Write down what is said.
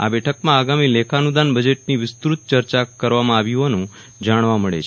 આ બેઠકમાં આગામી લેખાનુદાન બજેટની વિસ્તુત ચર્ચા કરવામાં આવી હોવાનું જાણવા મળે છે